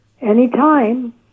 anytime